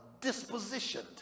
dispositioned